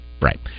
Right